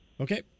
Okay